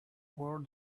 war